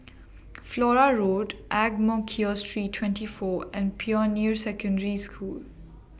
Flora Road Ang Mo Kio Street twenty four and Pioneer Secondary School